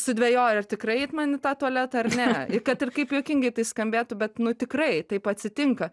sudvejoju ar tikrai eit man į tą tualetą ar ne kad ir kaip juokingai tai skambėtų bet nu tikrai taip atsitinka